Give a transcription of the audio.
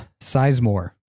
Sizemore